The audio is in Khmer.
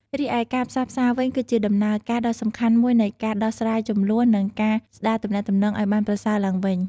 រីឯការផ្សះផ្សាវិញ គឺជាដំណើរការដ៏សំខាន់មួយនៃការដោះស្រាយជម្លោះ និងការស្ដារទំនាក់ទំនងឱ្យបានប្រសើរឡើងវិញ។